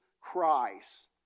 cries